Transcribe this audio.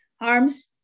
arms